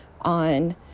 on